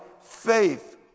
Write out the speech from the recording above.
faith